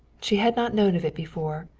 she had not known of it before.